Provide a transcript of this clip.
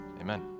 Amen